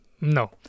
no